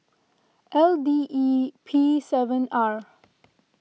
L D E P seven R